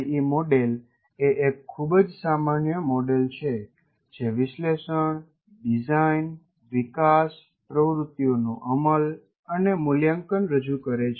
ઈ model એ એક ખૂબ જ સામાન્ય મોડેલ છે જે વિશ્લેષણ ડિઝાઇન વિકાસ પ્રવૃત્તિઓનું અમલ અને મૂલ્યાંકન રજૂ કરે છે